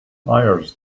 hires